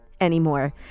anymore